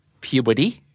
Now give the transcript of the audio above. Puberty